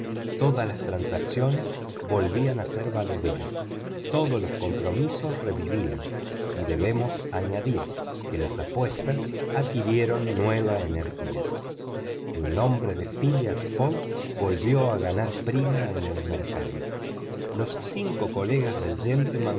todas las transacciones volvían a ser valederas todos los compromisos revivían y debemos añadir que las apuestas adquirieron nueva energía el nombre de phileas fogg volvió a ganar prima en el mercado los cinco colegas del